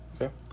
Okay